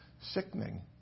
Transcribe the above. sickening